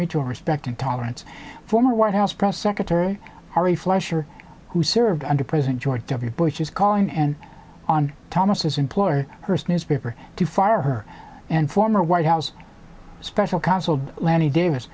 mutual respect and tolerance former white house press secretary ari fleischer who served under president george w bush is calling and on thomas employer first newspaper to fire her and former white house special counsel lanny davis